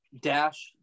dash